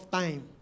time